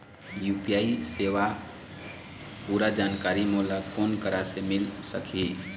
UPI सेवा के पूरा जानकारी मोला कोन करा से मिल सकही?